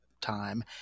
time